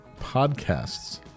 podcasts